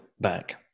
back